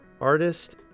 artist